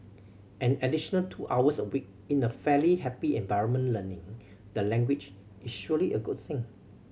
an additional two hours a week in a fairly happy environment learning the language is surely a good thing